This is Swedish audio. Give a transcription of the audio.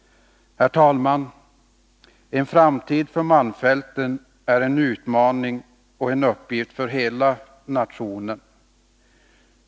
Herr talman! Att trygga en framtid för malmfälten är en utmaning och en uppgift för hela nationen.